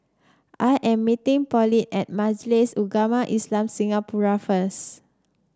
I am meeting Pauline at Majlis Ugama Islam Singapura first